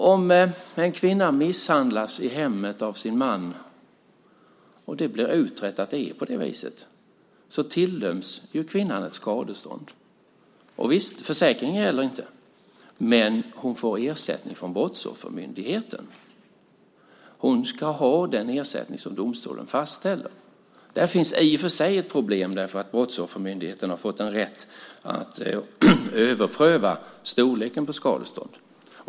Om en kvinna i hemmet misshandlas av sin man och det blir utrett att det är på det viset, så tilldöms ju kvinnan skadestånd. Visst, försäkringen gäller inte, men hon får ersättning från Brottsoffermyndigheten. Hon ska ha den ersättning som domstolen fastställer. Där finns i och för sig ett problem eftersom Brottsoffermyndigheten har fått rätten att överpröva storleken på skadeståndet.